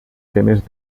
temes